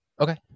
Okay